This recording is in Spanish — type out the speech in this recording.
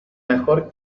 mejor